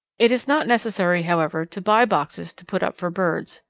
it is not necessary, however, to buy boxes to put up for birds.